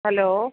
hello